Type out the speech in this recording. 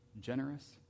generous